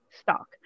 stock